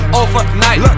overnight